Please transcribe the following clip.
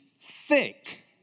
thick